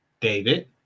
David